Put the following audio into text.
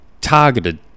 targeted